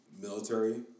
military